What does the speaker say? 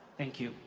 thank you.